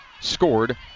scored